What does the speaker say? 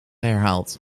herhaald